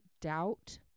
doubt